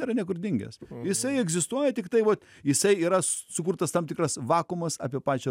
nėra niekur dingęs jisai egzistuoja tiktai vat jisai yra sukurtas tam tikras vakumas apie pačią